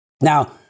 Now